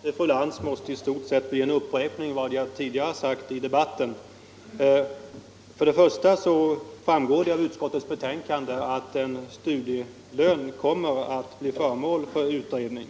Herr talman! Mitt svar till fru Lantz måste i stort sett bli en upprepning av vad jag tidigare har sagt i debatten. Först och främst framgår det av utskottets betänkande att en studielön kommer att bli föremål för utredning.